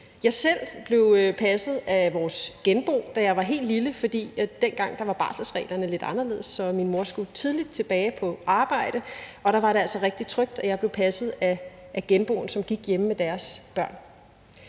Jeg selv blev passet af vores genbo, da jeg var helt lille, for dengang var barselsreglerne lidt anderledes, så min mor skulle tidligt tilbage på arbejde. Og der var det altså rigtig trygt, at jeg blev passet af genboen, som gik hjemme med sine børn.